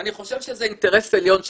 אני חושב שזה אינטרס עליון שלנו,